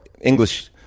English